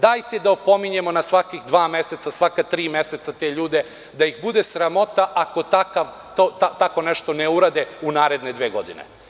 Dajte da opominjemo na svakih dva meseca, svaka tri meseca te ljude da ih bude sramota ako tako nešto ne urade u naredne dve godine.